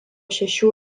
šešių